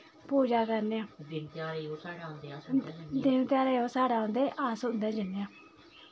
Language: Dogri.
पूजा करने आं दिन त्यारै गी ओह् साढ़ै औंदे अस उं'दे जन्ने आं